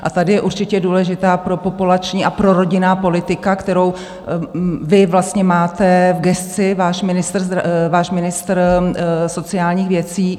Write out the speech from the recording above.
A tady je určitě důležitá propopulační a prorodinná politika, kterou vy vlastně máte v gesci, váš ministr, váš ministr sociálních věcí.